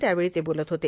त्यावेळी ते बोलत होते